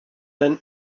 then